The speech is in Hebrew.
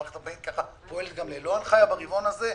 והמערכת הבנקאית פועלת גם ללא הנחיה ברבעון הזה,